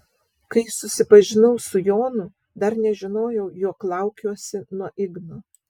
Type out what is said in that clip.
kai susipažinau su jonu dar nežinojau jog laukiuosi nuo igno